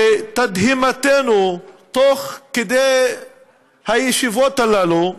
לתדהמתנו, תוך כדי הישיבות הללו,